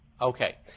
Okay